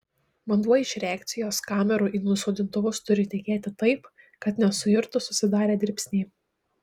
vanduo iš reakcijos kamerų į nusodintuvus turi tekėti taip kad nesuirtų susidarę dribsniai